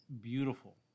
beautiful